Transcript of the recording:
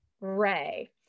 ray